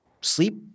sleep